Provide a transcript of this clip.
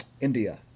india